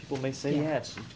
people may say yes